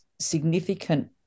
significant